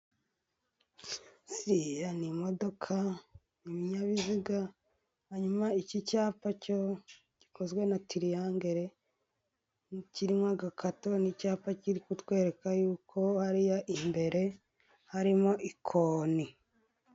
Ziriya ni imodoka ni ibinyabiziga, hanyuma iki cyapa cyo gikozwe na tiriyangere, kirimo agakato n'icyapa kiri kutwereka yuko hariya imbere harimo ikoni.